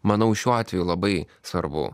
manau šiuo atveju labai svarbu